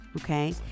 okay